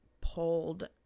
pulled